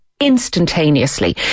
Instantaneously